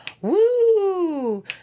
Woo